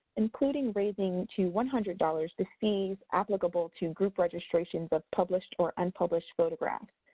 including raising to one hundred dollars the fees applicable to group registrations of published or unpublished photographs.